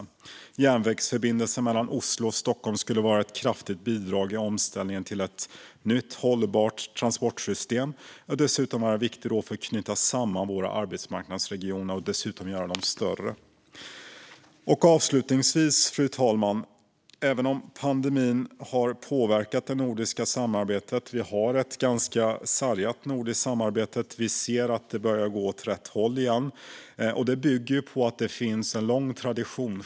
En järnvägsförbindelse mellan Oslo och Stockholm skulle vara ett kraftfullt bidrag i omställningen till ett nytt, hållbart transportsystem och dessutom vara viktig för att knyta samman våra arbetsmarknadsregioner och även göra dem större. Avslutningsvis, fru talman: Även om pandemin har påverkat det nordiska samarbetet - vi har ett ganska sargat nordiskt samarbete - ser vi att det börjar gå åt rätt håll igen. Det bygger på att det finns en lång tradition.